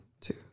two